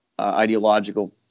ideological